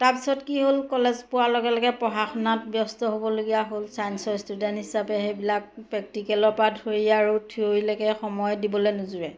তাৰপিছত কি হ'ল কলেজ পোৱাৰ লগে লগে পঢ়া শুনাত ব্যস্ত হ'বলগীয়া হ'ল ছায়েন্সৰ ষ্টুডেণ্ট হিচাপে সেইবিলাক প্ৰেক্টিকেলৰ পৰা ধৰি আৰু থিয়ৰিলেকে সময় দিবলে নোজোৰে